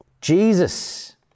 Jesus